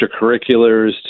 extracurriculars